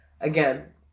again